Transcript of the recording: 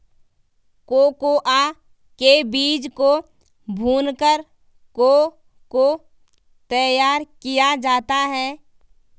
cocoa के बीज को भूनकर को को तैयार किया जाता है